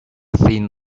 thin